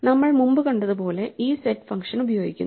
നമ്മൾ മുമ്പ് കണ്ടതുപോലെ ഈ സെറ്റ് ഫംഗ്ഷൻ ഉപയോഗിക്കുന്നു